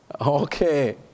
Okay